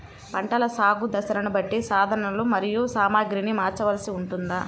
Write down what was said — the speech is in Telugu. పంటల సాగు దశలను బట్టి సాధనలు మరియు సామాగ్రిని మార్చవలసి ఉంటుందా?